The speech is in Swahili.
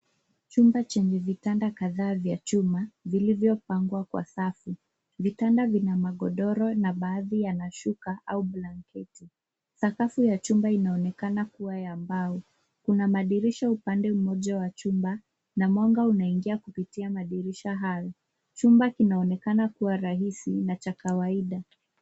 Chumba chenye vitanda kadhaa vya chuma vilivyo pangwa kwa safu. Vitanda vina magodoro na baadhi ya mashuka au blanketi. Sakafu ya chumba inaonekane kuwa ya mbao. Kuna madirisha upande mmoja wa chumba na mwanga unaingia kupitia madirisha hayo. Chumba kinaonekana kuwa rahisi na chakawaida.